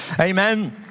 Amen